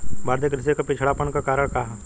भारतीय कृषि क पिछड़ापन क कारण का ह?